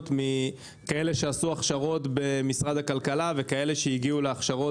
מכאלה שעשו הכשרות במשרד הכלכלה וכאלה שהגיעו להגשרות